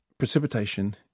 Precipitation